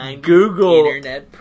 google